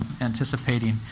anticipating